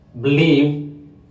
believe